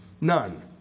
None